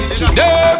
Today